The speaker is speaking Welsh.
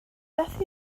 beth